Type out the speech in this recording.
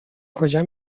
کجا